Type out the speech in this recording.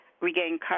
regain